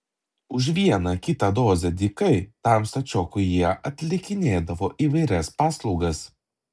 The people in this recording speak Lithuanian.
už vieną kitą dozę dykai tam stačiokui jie atlikinėdavo įvairias paslaugas